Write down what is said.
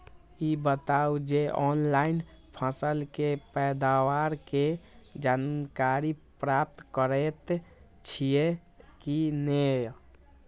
ई बताउ जे ऑनलाइन फसल के पैदावार के जानकारी प्राप्त करेत छिए की नेय?